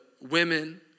women